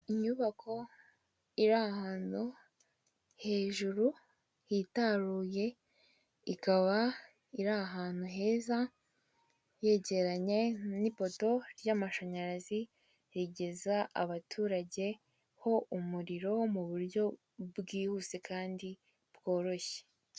Inyubako iri ahantu hejuru hitaruye, ikaba iri ahantu heza, yegeranye n'ipoto ry'amashanyarazi rigeza abaturage ho umuriro mu buryo bwihuse kandi bworoshye.